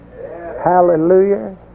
hallelujah